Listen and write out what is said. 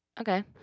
Okay